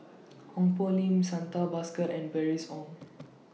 Ong Poh Lim Santha Bhaskar and Bernice Ong